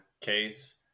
Case